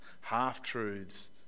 half-truths